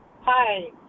Hi